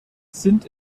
sind